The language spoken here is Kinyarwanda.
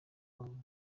karongi